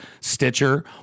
Stitcher